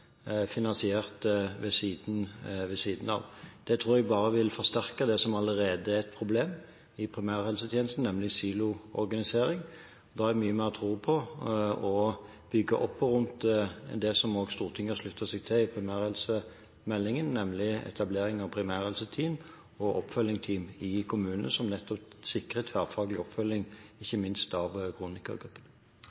finansiert ved siden av. Det tror jeg bare vil forsterke det som allerede er et problem i primærhelsetjenesten, nemlig siloorganisering. Da har jeg mye mer tro på å bygge opp rundt det som også Stortinget har sluttet seg til i primærhelsemeldingen, nemlig etablering av primærhelseteam og oppfølgingsteam i kommunene, noe som nettopp sikrer tverrfaglig oppfølging,